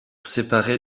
séparer